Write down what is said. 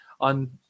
on